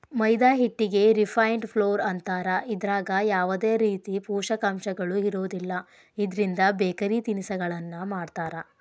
ಮೈದಾ ಹಿಟ್ಟಿಗೆ refined flour ಅಂತಾರ, ಇದ್ರಾಗ ಯಾವದೇ ರೇತಿ ಪೋಷಕಾಂಶಗಳು ಇರೋದಿಲ್ಲ, ಇದ್ರಿಂದ ಬೇಕರಿ ತಿನಿಸಗಳನ್ನ ಮಾಡ್ತಾರ